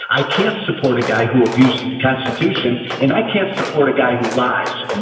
i can't support a guy who abuses the constitution. and i can't support a guy who lies.